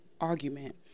argument